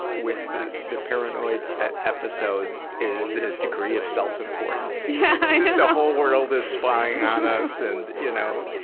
with the paranoid episodes is the degree of self importance. yeah the whole world is spying on us, and you know.